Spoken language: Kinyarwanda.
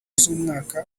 z’umwaka